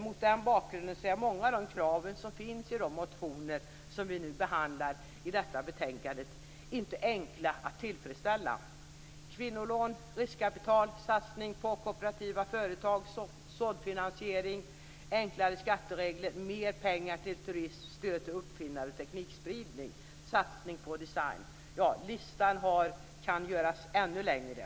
Mot den bakgrunden är de många kraven i de motioner som vi nu behandlar i detta betänkande inte enkla att tillfredsställa: Kvinnolån, riskkapital, satsning på kooperativa företag, såddfinansiering, enklare skatteregler, mer pengar till turism, stöd till uppfinnare och teknikspridning, satsning på design - ja, listan kan göras ännu längre.